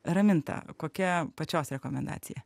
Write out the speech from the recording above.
raminta kokia pačios rekomendacija